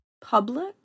Public